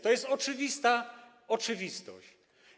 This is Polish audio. To jest oczywista oczywistość.